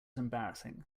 embarrassing